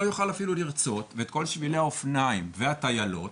יוכל אפילו לרצות ואת כל שבילי האופניים והטיילות